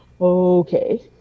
okay